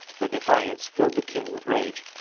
the defiance filled the king with rage.